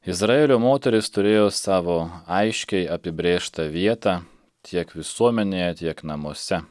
izraelio moterys turėjo savo aiškiai apibrėžtą vietą tiek visuomenėje tiek namuose